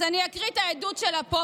אז אני אקריא את העדות שלה פה,